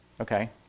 Okay